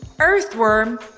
earthworm